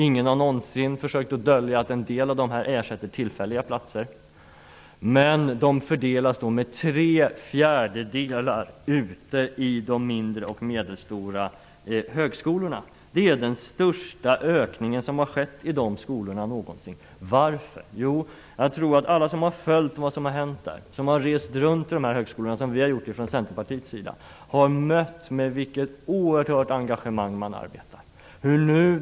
Ingen har någonsin försökt att dölja att en del av dessa ersätter tillfälliga platser. Tre fjärdedelar av platserna hamnar ute i de mindre och medelstora högskolorna. Det är den största ökning som någonsin har skett i de skolorna. Varför är det så? Jo, jag tror att alla som har följt vad som har hänt och som har rest runt till dessa högskolor, som vi har gjort från Centerpartiets sida, har mött det oerhörda engagemang som man arbetar med.